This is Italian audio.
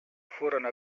furono